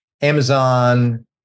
Amazon